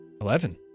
eleven